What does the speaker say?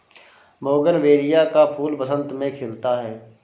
bougainvillea का फूल बसंत में खिलता है